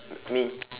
me